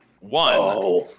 One